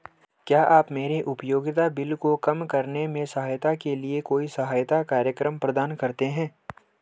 क्या आप मेरे उपयोगिता बिल को कम करने में सहायता के लिए कोई सहायता कार्यक्रम प्रदान करते हैं?